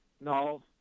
No